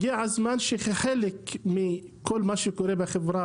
חלק מכל מה שקורה בפשיעה בחברה